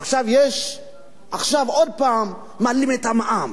עכשיו עוד הפעם מעלים את המע"מ.